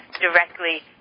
directly